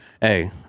Hey